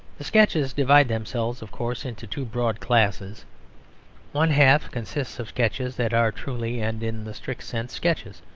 the sketches divide themselves, of course, into two broad classes one half consists of sketches that are truly and in the strict sense sketches.